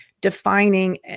defining